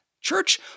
Church